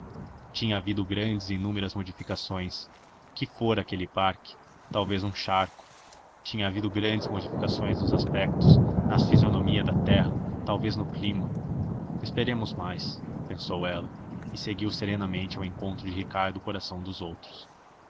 tinha havido grande e inúmeras modificações que fora aquele parque talvez um charco tinha havido grandes modificações nos aspectos na fisionomia da terra talvez no clima esperemos mais pensou ela e seguiu serenamente ao encontro de ricardo coração dos outros